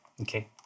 Okay